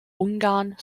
ungarn